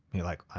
you're like,